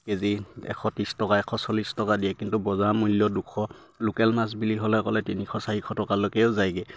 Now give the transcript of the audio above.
KG এশ ত্ৰিছ টকা এশ চল্লিছ টকা দিয়ে কিন্তু বজাৰ মূল্য দুশ লোকেল মাছ বুলি ক'লে তিনিশ চাৰিশ টকালৈকেও যায়গে